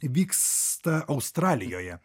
vyksta australijoje